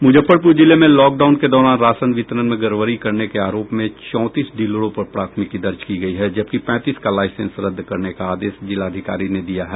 मुजफ्फरपुर जिले में लॉकडाउन के दौरान राशन वितरण में गड़बड़ी करने के आरोप में चौंतीस डीलरों पर प्राथमिकी दर्ज की गयी है जबकि पैंतीस का लाइसेंस रद्द करने का आदेश जिलाधिकारी ने दिया है